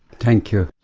thank you.